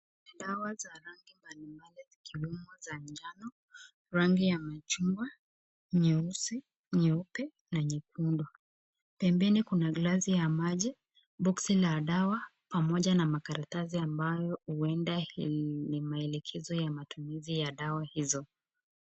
Dawa za rangi mbalimbali zikiwemo za njano, rangi ya machungwa, nyeusi, nyeupe na nyekundu. Pembeni kuna glasi ya mai, boxi ya dawa pamoja na makaratasi ambayo huenda ni malekezo ya matumizi ya dawa hizo.